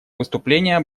выступления